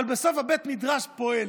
אבל בסוף בית המדרש פועל.